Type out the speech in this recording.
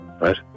right